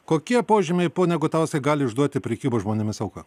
kokie požymiai pone gutauskai gali išduoti prekybos žmonėmis auką